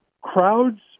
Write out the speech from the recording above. crowds